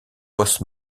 post